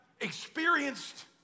experienced